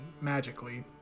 magically